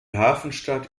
hafenstadt